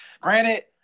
Granted